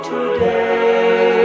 Today